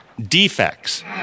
defects